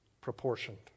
proportioned